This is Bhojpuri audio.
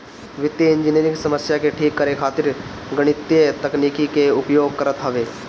वित्तीय इंजनियरिंग समस्या के ठीक करे खातिर गणितीय तकनीकी के उपयोग करत हवे